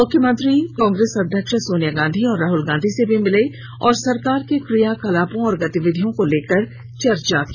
मुख्यमंत्री कांग्रेस अध्यक्ष सोनिया गांधी और राहुल गांधी से भी मिले और सरकार के क्रियाकलापों और गतिविधियों को लेकर चर्चा की